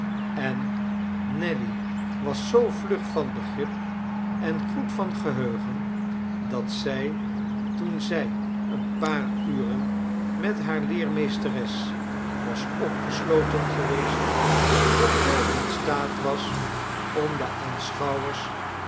en nelly was zoo vlug van begrip en goed van geheugen dat zij toen zij een paar uren met hare leermeesteres was opgesloten geweest volkomen in staat was om den aanschouwers